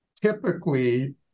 typically